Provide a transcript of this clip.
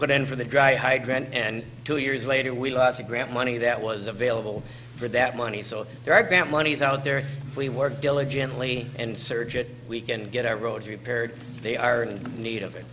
put in for the dry high ground and two years later we lost a grant money that was available for that money so there are grant monies out there we work diligently and search we can get our road repaired they are in need of it